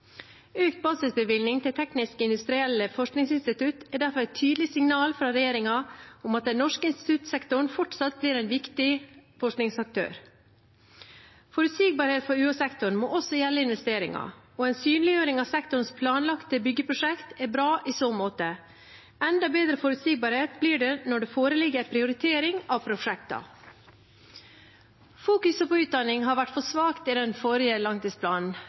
Økt basisbevilgning til teknisk-industrielle forskningsinstitutt er derfor et tydelig signal fra regjeringen om at den norske instituttsektoren fortsatt blir en viktig forskningsaktør. Forutsigbarhet for UH-sektoren må også gjelde investeringer, og en synliggjøring av sektorens planlagte byggeprosjekt er bra i så måte. Enda bedre forutsigbarhet blir det når det foreligger en prioritering av prosjektene. Fokuset på utdanning har vært for svakt i den forrige langtidsplanen.